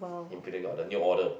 Imperial got the new order